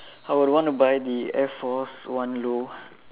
I would want to buy the air force one low